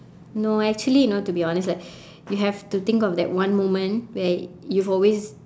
no actually no to be honest like you have to think of that one moment where you've always